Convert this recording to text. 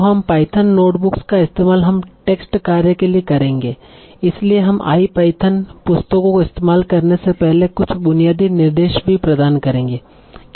तों हम Python notebooks का इस्तेमाल हम टेक्स्ट कार्य के लिए करेंगे Refer Time 0305 इसलिए हम आईपाइथन पुस्तकों को इस्तेमाल करने से पहले कुछ बुनियादी निर्देश भी प्रदान करेंगे